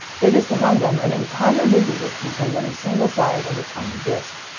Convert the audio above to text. biggest among them, an entire movie was contained on a single side of a tiny disc.